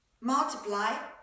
Multiply